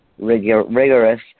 rigorous